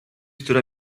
która